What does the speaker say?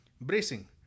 Bracing